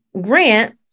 grant